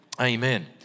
Amen